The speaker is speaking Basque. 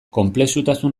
konplexutasun